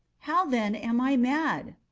how, then, am i mad?